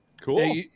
cool